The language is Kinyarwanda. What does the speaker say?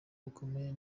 bukomeye